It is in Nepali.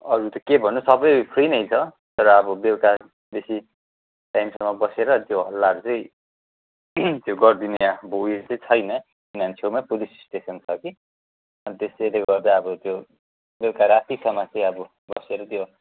अरू त के भन्नु सबै फ्री नै छ तर अब बेलुका बेसी टाइमसम्म बसेर त्यो हल्लाहरू चाहिँ त्यो गरिदिने त्यो उइस चाहिँ छैन किनभने छेउमै पुलिस स्टेसन छ कि त्यसैले गर्दा अब त्यो बेलुका रातिसम्म चाहिँ अब बसेर त्यो